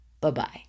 Bye-bye